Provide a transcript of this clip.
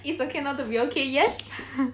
it's okay not to be okay yes